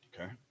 okay